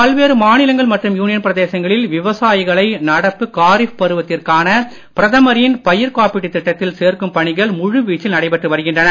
பல்வேறு மாநிலங்கள் மற்றும் யூனியன் பிரதேசங்களில் விவசாயிகளை நடப்பு காரிஃப் பருவத்திற்கான பிரதமரின் பயிர் காப்பீட்டுத் திட்டத்தில் சேர்க்கும் பணிகள் முழு வீச்சில் நடைபெற்று வருகின்றன